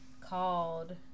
called